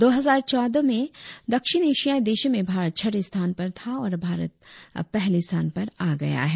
दो हजार चौदह में दक्षिण एशियाई देशों में भारत छठें स्थान पर था और अब भारत पहले स्थान पर आ गया है